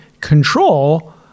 control